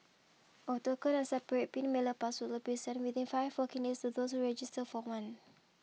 a token and separate pin mailer password will be sent within five working days to those who register for one